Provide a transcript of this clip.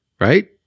right